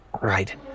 right